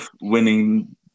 winning